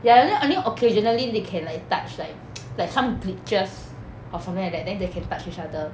ya and then only occasionally they can like touch like like some breaches of something like that then they can touch each other